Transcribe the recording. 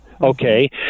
Okay